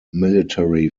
military